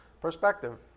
perspective